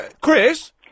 Chris